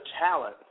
talent